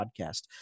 podcast